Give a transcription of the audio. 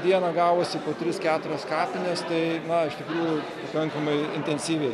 dieną gavosi po tris keturias kapines tai na iš tikrųjų pakankamai intensyviai